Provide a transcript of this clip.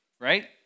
right